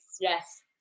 Yes